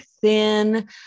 thin